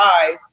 eyes